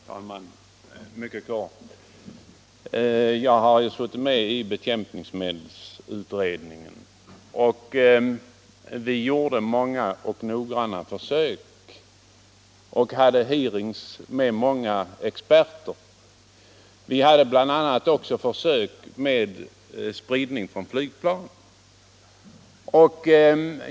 Herr talman! Mycket kortfattat: Jag har suttit med i bekämpningsmedelsutredningen, där vi gjorde många och noggranna försök och hade hearings med många experter. Bl. a. gjorde vi försök med spridning från flygplan.